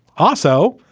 also,